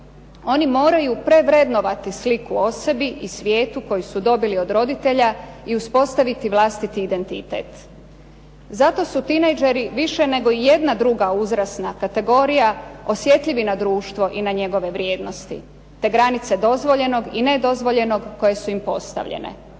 Oni moraju prevrednovati sliku o sebi i svijetu koji su dobili od roditelja i uspostaviti vlastiti identitet. Zato su tinejdžeri više nego i jedna druga izrasna kategorija osjetljivi na društvo i na njegove vrijednosti, te granice nedozvoljenog i dozvoljenog koje su im postavljene.